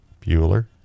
bueller